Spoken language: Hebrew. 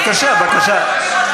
בבקשה, בבקשה.